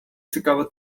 цікава